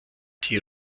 die